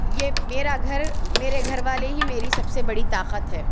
یہ میرا گھر میرے گھر والے ہی میری سب سے بڑی طاقت ہے